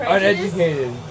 Uneducated